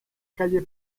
calle